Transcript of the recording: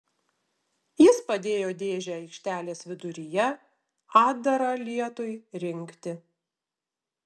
jis padėjo dėžę aikštelės viduryje atdarą lietui rinkti